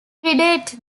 predate